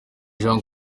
jean